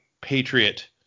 patriot